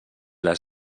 les